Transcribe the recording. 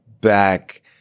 back